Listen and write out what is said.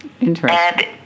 Interesting